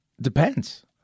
Depends